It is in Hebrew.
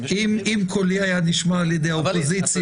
אם קולי היה נשמע על ידי האופוזיציה.